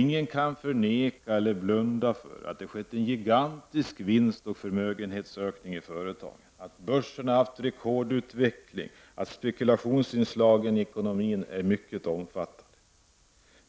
Ingen kan förneka eller blunda för att det skett en gigantisk vinstoch förmögenhetsökning i företagen, att börsen haft en rekordutveckling och att spekulationsinslagen i ekonomin är mycket omfattande.